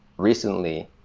recently,